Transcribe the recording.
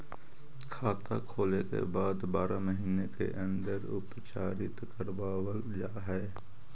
खाता खोले के बाद बारह महिने के अंदर उपचारित करवावल जा है?